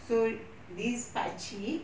so this pakcik